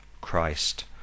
christ